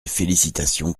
félicitations